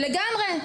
לגמרי.